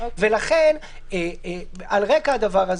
על רקע הדבר הזה,